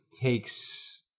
takes